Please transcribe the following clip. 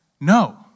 No